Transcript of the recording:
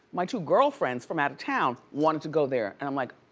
my two girlfriends from out of town wanted to go there, and i'm like,